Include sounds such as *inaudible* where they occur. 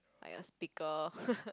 like a speaker *laughs*